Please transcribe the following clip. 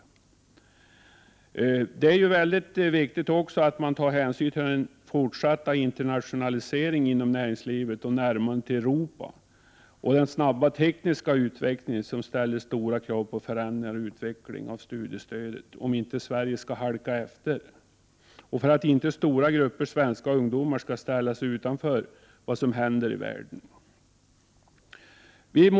Det är också viktigt att man tar hänsyn till den fortsatta internationaliseringen inom näringslivet och närmandet till Europa. Den snabba tekniska utvecklingen ställer stora krav på förändringar och utveckling av studiestödet, om inte Sverige skall halka efter och för att inte stora grupper av svenska ungdomar skall ställas utanför det som händer i världen.